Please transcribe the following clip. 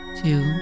two